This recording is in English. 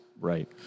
Right